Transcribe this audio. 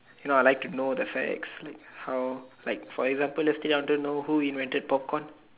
you know I like to know the facts like how like for example yesterday I wanted to know who invented popcorn